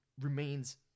remains